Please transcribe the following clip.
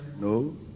no